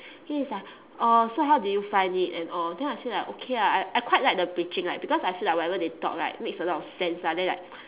then he's like oh so how do you find it and all then I say like okay ah I I quite like the preaching like because I feel like whatever they talk right makes a lot of sense lah then like